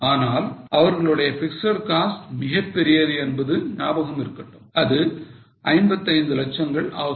ஆனால் அவர்களுடைய fixed cost மிகப்பெரியது என்பது ஞாபகம் இருக்கட்டும் அது 55 லட்சங்கள் ஆகும்